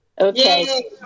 Okay